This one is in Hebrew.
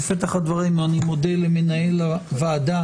בפתח הדברים אני מודה למנהל הוועדה,